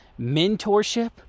mentorship